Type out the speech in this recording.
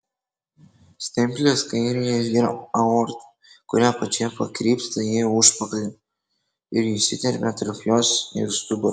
stemplės kairėje yra aorta kuri apačioje pakrypsta į užpakalį ir įsiterpia tarp jos ir stuburo